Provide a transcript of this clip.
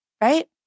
right